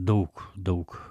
daug daug